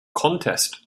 contest